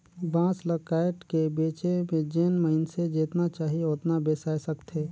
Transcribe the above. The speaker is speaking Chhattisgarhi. मांस ल कायट के बेचे में जेन मइनसे जेतना चाही ओतना बेसाय सकथे